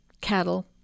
cattle